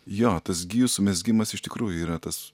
jo tas gijų sumezgimas iš tikrųjų yra tas